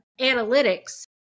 analytics